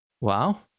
Wow